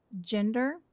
gender